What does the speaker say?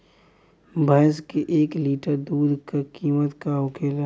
भैंस के एक लीटर दूध का कीमत का होखेला?